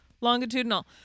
Longitudinal